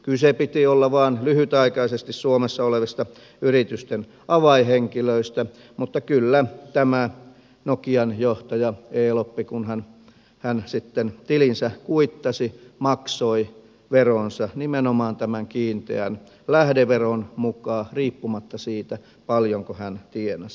kyse piti olla vain lyhytaikaisesti suomessa olevista yritysten avainhenkilöistä mutta kyllä tämä nokian johtaja elop kun hän sitten tilinsä kuittasi maksoi veronsa nimenomaan tämän kiinteän lähdeveron mukaan riippumatta siitä paljonko hän tienasi